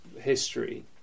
history